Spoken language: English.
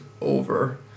over